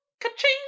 Ka-ching